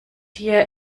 hier